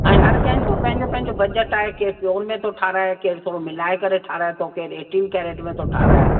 ऐं हर कंहिंजो पंहिंजो पंहिंजो बजट आहे केरु प्योर में थो ठहाराए केरु थोरो मिलाए करे ठहाराए थो केरु एटीन कैरेट में थो ठहाराए